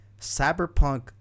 cyberpunk